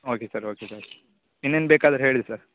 okay sir okay sir ಇನ್ನೇನು ಬೇಕಾದ್ರೆ ಹೇಳಿ ಸರ್